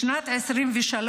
בשנת 2023,